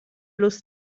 los